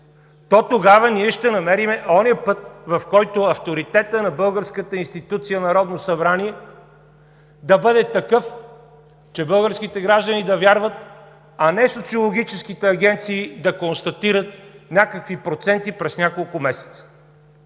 то тогава ние ще намерим онзи път, в който авторитетът на българската институция Народно събрание да бъде такъв, че българските граждани да вярват, а не социологическите агенции да констатират някакви проценти през няколко месеца.